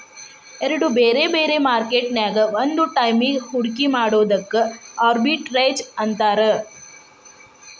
ಎರಡ್ ಬ್ಯಾರೆ ಬ್ಯಾರೆ ಮಾರ್ಕೆಟ್ ನ್ಯಾಗ್ ಒಂದ ಟೈಮಿಗ್ ಹೂಡ್ಕಿ ಮಾಡೊದಕ್ಕ ಆರ್ಬಿಟ್ರೇಜ್ ಅಂತಾರ